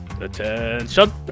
Attention